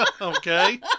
Okay